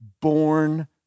born